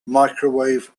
microwave